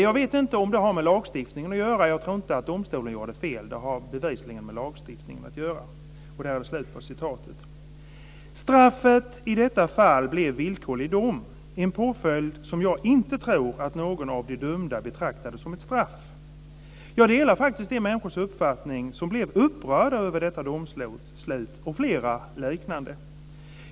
Jag tror inte att domstolen gjorde fel, utan det har bevisligen att göra med lagstiftningen. Straffet blev villkorlig dom, en påföljd jag inte tror att någon av de dömda betraktade som ett straff. Jag delar de människors uppfattning som blev upprörda över detta domslut och flera liknande.